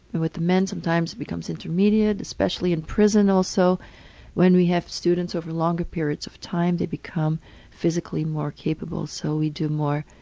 with the men sometimes it becomes intermediate, especially in prison also when we have students over longer periods of time, they become physically more capable so we do more